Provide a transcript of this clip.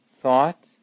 thought